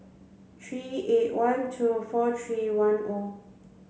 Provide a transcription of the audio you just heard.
three eight one two four three one O